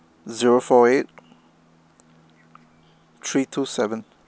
zero four eight three two seven